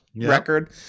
record